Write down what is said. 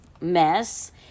mess